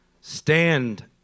stand